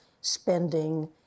spending